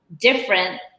different